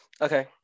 Okay